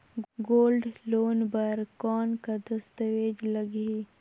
Gold loan बर कौन का दस्तावेज लगही?